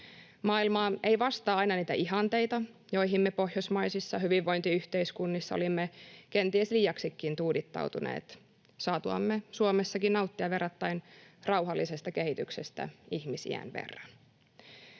Maailma ei vastaa aina niitä ihanteita, joihin me pohjoismaisissa hyvinvointiyhteiskunnissa olimme kenties liiaksikin tuudittautuneet saatuamme Suomessakin nauttia verrattain rauhallisesta kehityksestä ihmisiän verran.